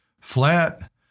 Flat